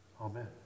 Amen